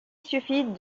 suffit